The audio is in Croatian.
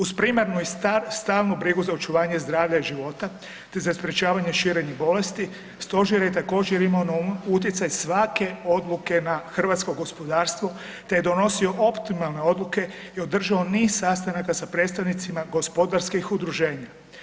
Uz primarnu i stalnu brigu za očuvanje zdravlja i života te za sprječavanje širenja bolesti, stožer je također imamo na umu utjecaj svake odluke na hrvatskog gospodarstvo te je donosio optimalne odluke i održao niz sastanaka sa predstavnicima gospodarskih udruženja.